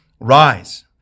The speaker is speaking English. Rise